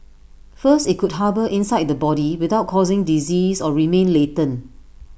first IT could harbour inside the body without causing disease or remain latent